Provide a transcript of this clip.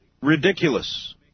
ridiculous